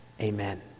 amen